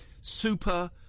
super